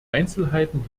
einzelheiten